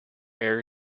air